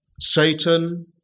Satan